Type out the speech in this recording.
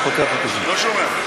לא שומע.